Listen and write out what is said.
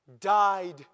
died